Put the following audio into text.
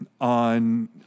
on